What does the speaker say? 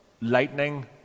Lightning